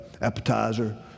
appetizer